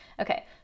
Okay